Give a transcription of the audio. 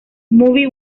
movie